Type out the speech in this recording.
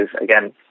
again